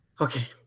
okay